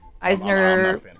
Eisner